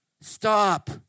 stop